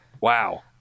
Wow